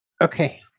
Okay